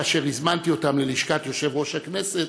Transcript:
כאשר הזמנתי אותם ללשכת יושב-ראש הכנסת: